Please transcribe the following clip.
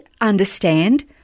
understand